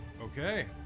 Okay